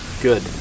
Good